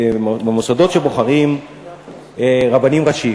במוסדות שבוחרים רבנים ראשיים.